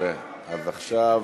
דני עטר,